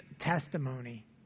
testimony